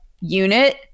unit